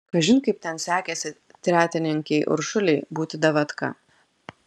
kažin kaip ten sekėsi tretininkei uršulei būti davatka